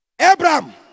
Abraham